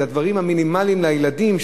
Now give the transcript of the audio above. את הדברים המינימליים לילדים.